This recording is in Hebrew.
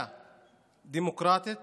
שבמדינה דמוקרטית